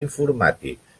informàtics